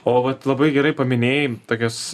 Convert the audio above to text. o vat labai gerai paminėjai tokius